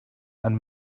and